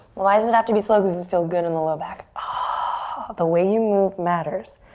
why does it have to be slow? cause it feels good in the low back. ah the way you move matters.